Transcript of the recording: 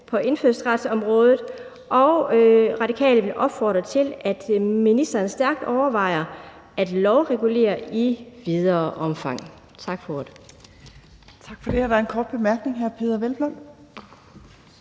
på indfødsretsområdet, og Radikale vil opfordre til, at ministeren stærkt overvejer at lovregulere i videre omfang. Tak for ordet.